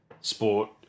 sport